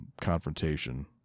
confrontation